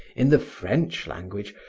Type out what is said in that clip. in the french language,